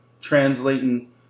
translating